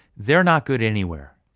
they're not good anywhere.